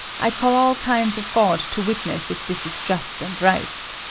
i call all kinds of god to witness if this is just and right!